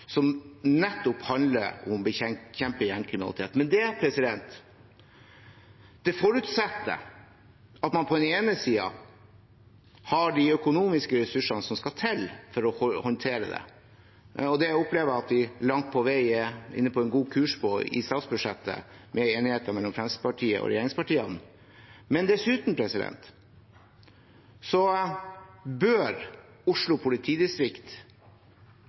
nettopp handler om å bekjempe gjengkriminalitet. Men det forutsetter at man på den ene siden har de økonomiske ressursene som skal til for å håndtere det, og der opplever jeg at vi langt på vei er inne på en god kurs i statsbudsjettet, med enigheten mellom Fremskrittspartiet og regjeringspartiene. Dessuten bør Oslo politidistrikt